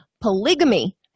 Polygamy